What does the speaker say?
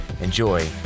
enjoy